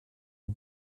och